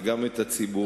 וגם את הציבור.